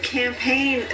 campaign